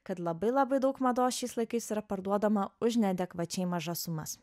kad labai labai daug mados šiais laikais yra parduodama už neadekvačiai mažas sumas